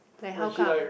like how come